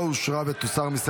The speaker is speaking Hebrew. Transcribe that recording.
לא נתקבלה.